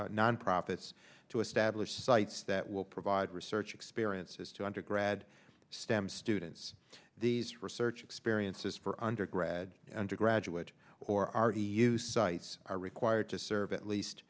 nonprofits to establish sites that will provide research experiences to undergrad stem students these research experiences for undergrad undergraduate or r t u sites are required to serve at least